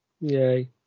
Yay